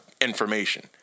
information